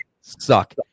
suck